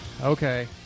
okay